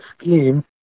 scheme